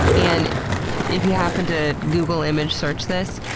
and if you happen to google image search this,